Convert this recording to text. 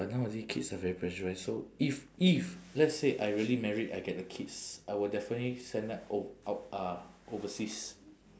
but nowadays kids are very pressurised so if if let's say I really married I get a kids I will definitely send them o~ out uh overseas